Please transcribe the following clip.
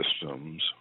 systems